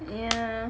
yeah